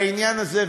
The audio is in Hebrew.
בעניין הזה,